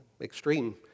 extreme